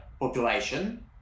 population